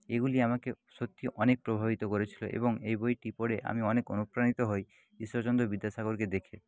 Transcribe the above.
এগুলি আমাকে সত্যি অনেক প্রভাবিত করেছিল এবং এই বইটি পড়ে আমি অনেক অনুপ্রাণিত হই ঈশ্বরচন্দ্র বিদ্যাসাগরকে দেখে